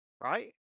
right